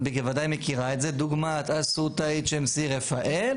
את בוודאי מכירה את זה, דוגמת אסותא, HMC, רפאל.